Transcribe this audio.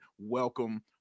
welcome